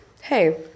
Hey